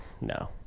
no